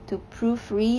to proofread